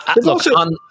Look